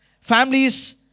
Families